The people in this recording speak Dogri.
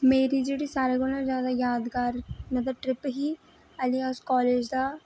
मेरी जेह्ड़ी सारें कोला ज्यादा यादगार ट्रिप ही